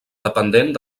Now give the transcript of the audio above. dependent